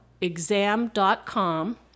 exam.com